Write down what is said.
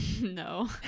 no